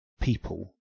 people